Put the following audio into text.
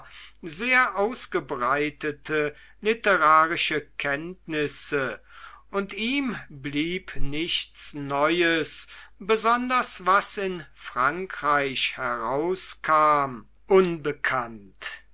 sehr ausgebreitete literarische kenntnisse und ihm blieb nichts neues besonders was in frankreich herauskam unbekannt